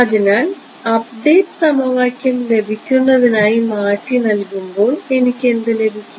അതിനാൽ അപ്ഡേറ്റ് സമവാക്യം ലഭിക്കുന്നതിനായി മാറ്റി നൽകുമ്പോൾ എനിക്ക് എന്ത് ലഭിക്കും